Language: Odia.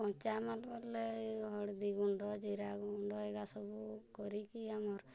କଞ୍ଚାମାଲ ବଲେ ହଳଦୀଗୁଣ୍ଡ ଜିରାଗୁଣ୍ଡ ଏକା ସବୁ କରିକି ଆମର୍